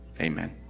Amen